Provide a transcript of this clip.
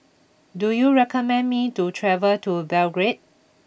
do you recommend me to travel to Belgrade